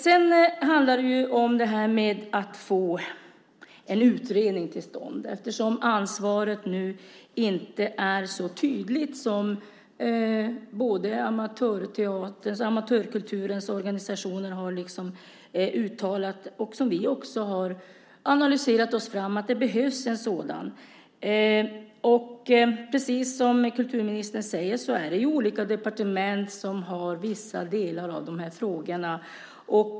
Sedan handlar det om det här med att få till stånd en utredning, eftersom ansvaret nu inte är så tydligt, vilket amatörkulturens organisationer har uttalat. Och vi har också analyserat oss fram till att det behövs en sådan. Precis som kulturministern säger är det olika departement som har vissa delar av de här frågorna.